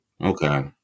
Okay